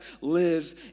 lives